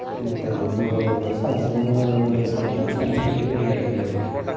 माने दायोथ' सानस्रिनो सानब्लाबो सानस्रिनो दैयानो गैया माथो